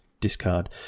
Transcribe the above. discard